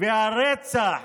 והרצח